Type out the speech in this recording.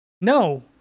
No